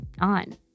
on